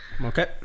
okay